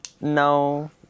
No